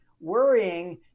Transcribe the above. Worrying